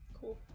cool